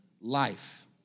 life